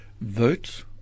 vote